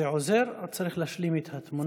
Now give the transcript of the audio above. זה עוזר ועוד צריך להשלים את התמונה,